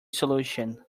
solution